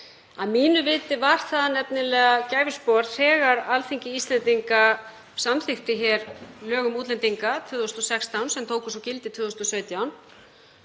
Að mínu viti var það nefnilega gæfuspor þegar Alþingi Íslendinga samþykkti lög um útlendinga 2016 sem tóku svo gildi 2017.